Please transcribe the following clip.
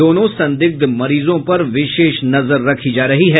दोनों संदिग्ध मरीजों पर विशेष नजर रखी जा रही है